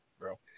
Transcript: bro